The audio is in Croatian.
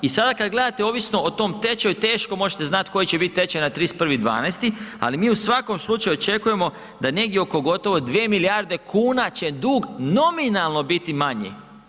I sada kad gledate ovisno o tom tečaju teško možete znati koji će biti tečaj na 31.12., ali mi u svakom slučaju očekujemo da negdje oko gotovo 2 milijarde kuna će dug nominalno biti manji.